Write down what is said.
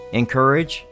encourage